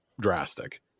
drastic